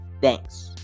Thanks